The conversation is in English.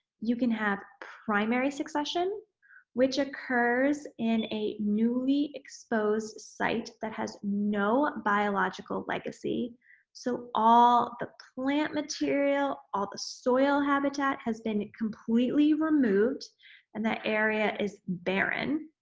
you can have primary succession which occurs in a newly exposed site that has no biological legacy so all the plant material, all the soil habitat has been completely removed and that area is barren,